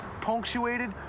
punctuated